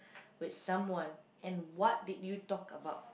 with someone and what did you talk about